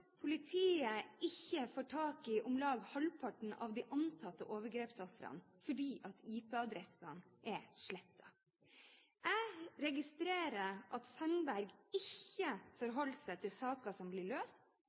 politiet ikke får tak i, fordi IP-adressene er slettet. Jeg registrerer at Sandberg ikke forholder seg til saker som ikke blir løst,